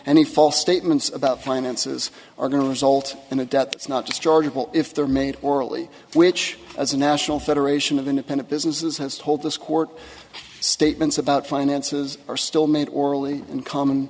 and the false statements about finances are going to result in a debt that's not just chargeable if they're made orally which as the national federation of independent businesses has told this court statements about finances are still made orally and common